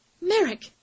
Merrick